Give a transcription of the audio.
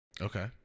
Okay